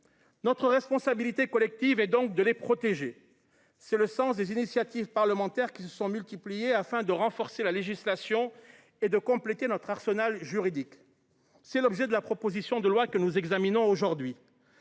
Notre responsabilité collective est donc de les protéger. C’est le sens des initiatives parlementaires qui se sont multipliées afin de renforcer la législation et de compléter notre arsenal juridique. C’est l’objet de la proposition de loi que nous examinons aujourd’hui.